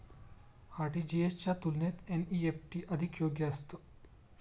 RTGS च्या तुलनेत NEFT अधिक योग्य असतं